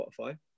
Spotify